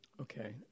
okay